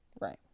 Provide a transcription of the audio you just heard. Right